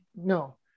no